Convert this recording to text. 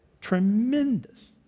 tremendous